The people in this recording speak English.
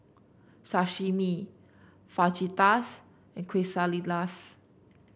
Sashimi Fajitas and Quesadillas